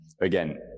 again